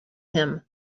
him